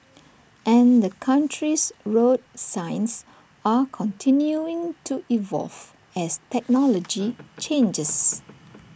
and the country's road signs are continuing to evolve as technology changes